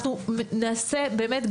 אנחנו נעשה באמת,